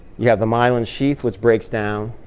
you have the myelin sheath, which breaks down.